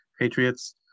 Patriots